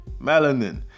melanin